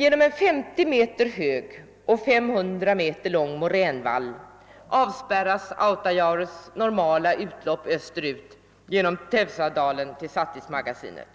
Genom en 50 m hög och 500 m lång moränvall avspärras Autajaures normala utlopp österut genom Teusadalen till Satismagasinet.